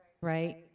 right